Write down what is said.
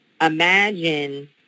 imagine